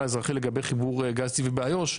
האזרחי לגבי מה שקורה לחיבור גז טבעי באיו"ש.